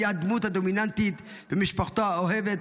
והיה הדמות הדומיננטית במשפחתו האוהבת.